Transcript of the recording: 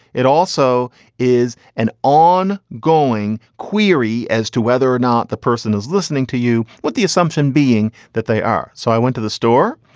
it also is an on going query as to whether or not the person is listening to you. what the assumption being that they are. so i went to the store.